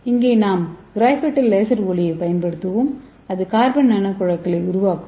இங்கே நாம் கிராஃபைட்டில் லேசர் ஒளியைப் பயன்படுத்துவோம் அது கார்பன் நானோகுழாய்களை உருவாக்கும்